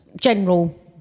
general